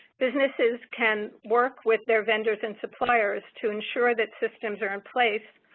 businesses can work with their vendors and suppliers to ensure that systems are in place,